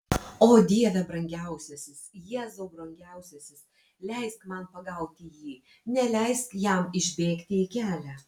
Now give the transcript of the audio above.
o dieve brangiausiasis jėzau brangiausiasis leisk man pagauti jį neleisk jam išbėgti į kelią